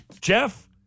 Jeff